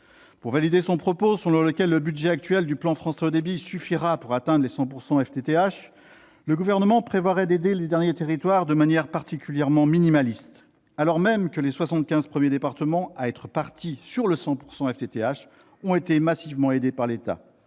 Pour valider son propos selon lequel le budget actuel du plan France Très haut débit suffira pour atteindre les 100 % FTTH (), le Gouvernement prévoirait d'aider les derniers territoires de manière particulièrement minimaliste, alors même que les 75 premiers départements à être partis sur le 100 % FTTH ont été massivement aidés par l'État,